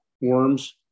worms